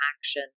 action